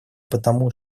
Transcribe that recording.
потому